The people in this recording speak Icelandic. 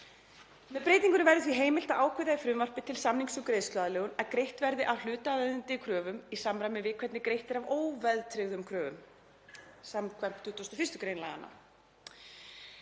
Með breytingunni verður því heimilt að ákveða í frumvarpi til samnings um greiðsluaðlögun að greitt verði af hlutaðeigandi kröfum í samræmi við hvernig greitt er af óveðtryggðum kröfum skv. 21. gr. laganna.“